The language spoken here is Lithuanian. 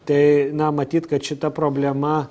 tai na matyt kad šita problema